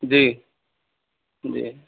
جی جی